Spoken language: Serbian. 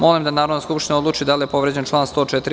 Molim da Narodna skupština odluči da li je povređen član 104.